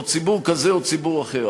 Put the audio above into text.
ציבור כזה או ציבור אחר,